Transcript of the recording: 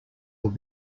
will